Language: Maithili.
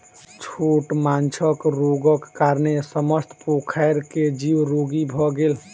छोट माँछक रोगक कारणेँ समस्त पोखैर के जीव रोगी भअ गेल